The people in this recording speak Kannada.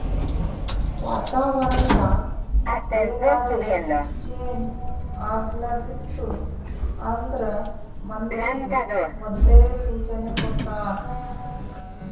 ವಾತಾವರಣ್ ದಾಗ್ ಏನರೆ ಚೇಂಜ್ ಆಗ್ಲತಿತ್ತು ಅಂದ್ರ ಮಂದಿಗ್ ಮೊದ್ಲೇ ಸೂಚನೆ ಕೊಡ್ತಾರ್